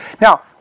Now